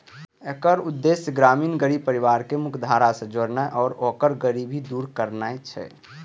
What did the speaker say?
एकर उद्देश्य ग्रामीण गरीब परिवार कें मुख्यधारा सं जोड़नाय आ ओकर गरीबी दूर करनाय छै